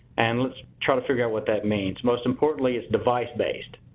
and let's try to figure out what that means. most importantly it's device based,